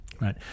Right